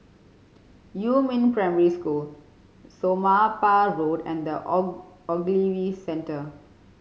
Yumin Primary School Somapah Road and The Ogilvy Centre